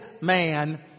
man